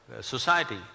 society